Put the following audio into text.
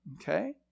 Okay